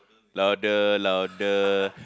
louder louder